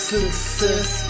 Success